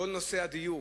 כל נושא הדיור